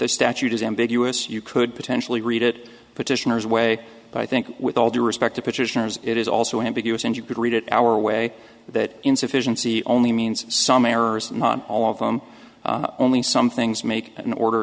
the statute is ambiguous you could potentially read it petitioners way but i think with all due respect to petitioners it is also ambiguous and you could read it our way that insufficiency only means some errors and all of them only some things make an order